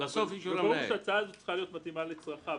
וברור שההסעה הזאת צריכה להיות מתאימה לצרכיו.